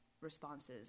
responses